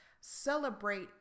celebrate